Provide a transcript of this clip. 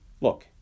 look